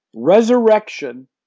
Resurrection